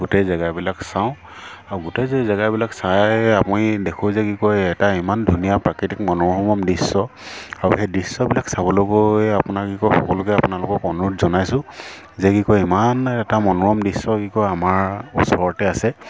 গোটেই জেগাবিলাক চাওঁ আৰু গোটেই জেগাবিলাক চাই আমি দেখোঁ যে কি কয় এটা ইমান ধুনীয়া প্ৰাকৃতিক মনোৰম দৃশ্য আৰু সেই দৃশ্যবিলাক চাবলৈ গৈ আপোনাৰ কি কয় সকলোকে আপোনালোকক অনুৰোধ জনাইছোঁ যে কি কয় ইমান এটা মনোৰম দৃশ্য কি কয় আমাৰ ওচৰতে আছে